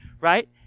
right